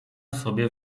sobie